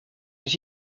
les